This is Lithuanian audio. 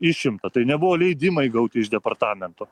išimta tai nebuvo leidimai gauti iš departamento